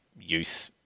youth